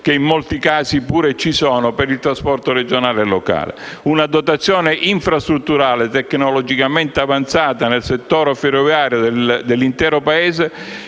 che in molti casi pure ci sono, per il trasporto regionale e locale. Una dotazione infrastrutturale, tecnologicamente avanzata nel settore ferroviario dell'intero Paese,